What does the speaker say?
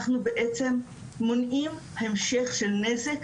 אנחנו בעצם מונעים המשך של נזק,